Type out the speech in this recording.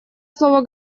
слово